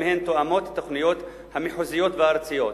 הן תואמות את התוכניות המחוזיות והארציות.